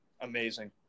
amazing